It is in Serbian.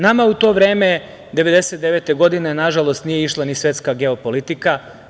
Nama u to vreme 1999. godine, nažalost, nije išla ni svetska geopolitika.